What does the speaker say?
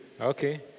Okay